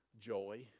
joy